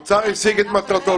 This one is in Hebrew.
האוצר השיג את מטרתו.